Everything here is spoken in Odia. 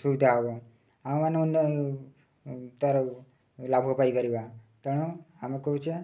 ସୁବିଧା ହେବ ଆମେମାନେ ତା'ର ଲାଭ ପାଇପାରିବା ତେଣୁ ଆମେ କହୁଛେ